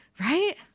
Right